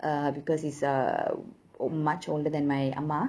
err because he's uh much older than my mama